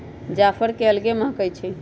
जाफर के अलगे महकइ छइ